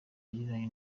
yagiranye